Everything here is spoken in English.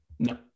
no